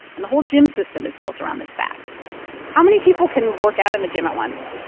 and the whole gym system is built around this fact how many people can work out in the gym at once?